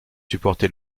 supporter